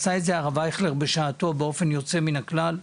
עשה את זה הרב אייכלר בשעתו באופן יוצא מן הכלל.